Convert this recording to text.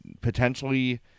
potentially